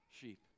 sheep